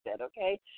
okay